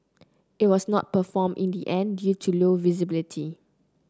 it was not performed in the end due to low visibility